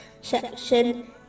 section